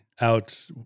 out